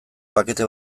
pakete